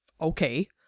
Okay